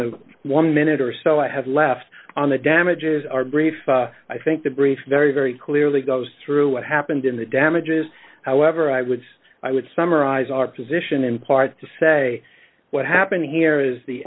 the one minute or so i have left on the damages are brief i think the brief very very clearly goes through what happened in the damages however i would i would summarize our position in part to say what happened here is the